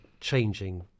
changing